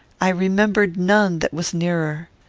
i remembered none that was nearer.